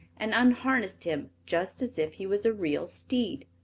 and unharnessed him just as if he was a real steed.